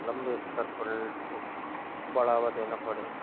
लंबे स्तर पर इसको बढ़ावा देना पड़ेगा